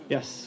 Yes